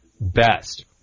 best